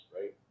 right